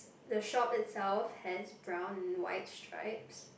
the shop itself has brown and white strips